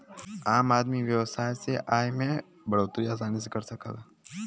आम आदमी व्यवसाय से आय में बढ़ोतरी आसानी से कर सकला